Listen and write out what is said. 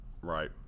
Right